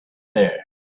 there